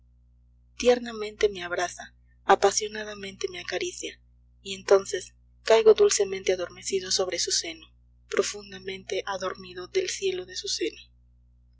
tiernamente me abraza apasionadamente me acaricia y entonces caigo dulcemente adormecido sobre su seno profundamente adormido del cielo de su seno